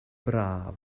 braf